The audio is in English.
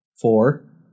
Four